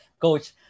coach